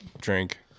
Drink